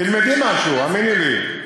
תלמדי משהו, האמיני לי.